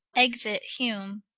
exit hume.